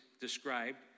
described